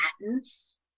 patents